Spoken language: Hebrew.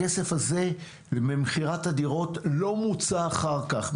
הכסף הזה ממכירת הדירות לא מוצה אחר כך.